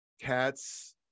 cats